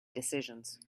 decisions